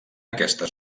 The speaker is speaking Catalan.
aquesta